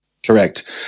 Correct